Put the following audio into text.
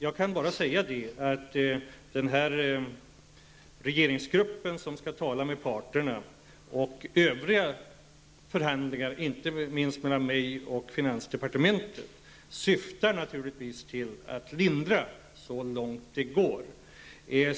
Jag kan bara säga att de samtal som regeringsgruppen skall föra med parterna liksom övriga förhandlingar -- inte minst mellan mig och finansdepartementet -- naturligtvis syftar till att lindra så långt det går.